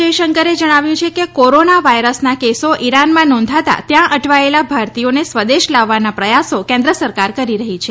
જયશંકરે જણાવ્યું છે કે કોરોના વાયરસના કેસો ઇરાનમાં નોંધાતા ત્યાં અટવાયેલા ભારતીયોને સ્વદેશ લાવવાના પ્રયાસો કેન્દ્ર સરકાર કરી રહી છે